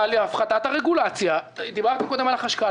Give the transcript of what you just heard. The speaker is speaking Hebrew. הכסף הזה שמור כי הוא בסוף כסף לבסיס כתוספות שירות,